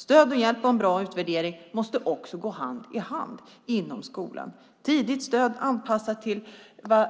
Stöd och hjälp och en bra utvärdering måste också gå hand i hand inom skolan. Tidigt stöd anpassat till